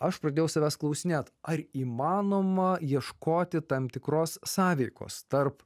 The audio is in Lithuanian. aš pradėjau savęs klausinėt ar įmanoma ieškoti tam tikros sąveikos tarp